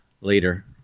later